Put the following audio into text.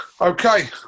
Okay